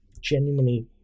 genuinely